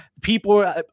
people